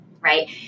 right